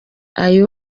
aya